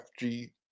FG